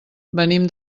venim